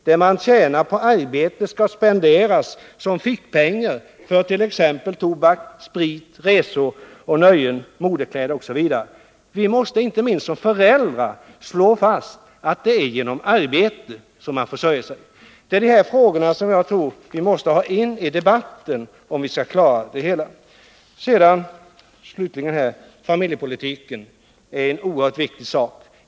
Det man tjänar på arbetet skall spenderas som fickpengar för t.ex. tobak, sprit, resor, nöjen, modekläder osv. Vi måste inte minst som föräldrar slå fast att det är genom arbete som man försörjer sig. Dessa frågor måste vi ha med i debatten. Familjepolitiken är oerhört viktig.